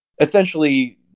essentially